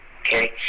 Okay